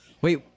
Wait